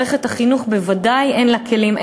מערכת החינוך, ודאי אין לה הכלים.